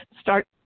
start